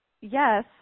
yes